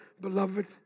beloved